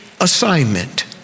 assignment